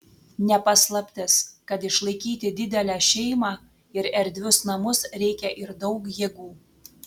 ne paslaptis kad išlaikyti didelę šeimą ir erdvius namus reikia ir daug jėgų